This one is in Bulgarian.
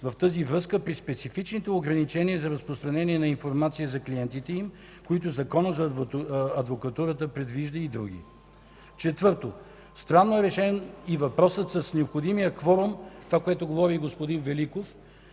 в тази връзка при специфичните ограничения за разпространение на информация за клиентите им, които Законът за адвокатурата предвижда. Четвърто. Странно е решен и въпросът с необходимия кворум – това, за което говори и господин Великов